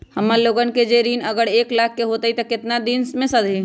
हमन लोगन के जे ऋन अगर एक लाख के होई त केतना दिन मे सधी?